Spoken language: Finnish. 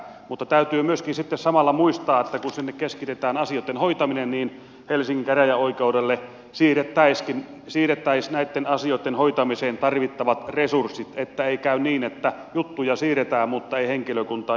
mutta täytyy myöskin sitten samalla muistaa että kun sinne keskitetään asioitten hoitaminen niin helsingin käräjäoikeudelle siirrettäisiin näitten asioitten hoitamiseen tarvittavat resurssit että ei käy niin että juttuja siirretään mutta ei henkilökuntaa juttujen hoitamiseen